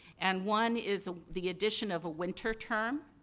and, one is the addition of a winter term.